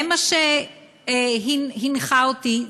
זה מה שהנחה אותי,